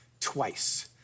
twice